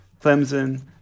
Clemson